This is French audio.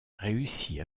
réussit